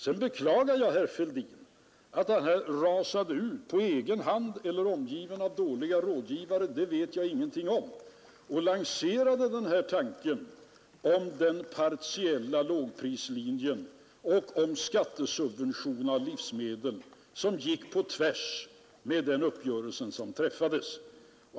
Jag beklagar att herr Fälldin rusade ut på egen hand — eller omgiven av dåliga rådgivare, det vet jag inte — och lanserade tanken om den partiella lågprislinjen och skattesubvention på livsmedel, något som gick på tvärs med den uppgörelse som träffats.